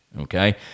Okay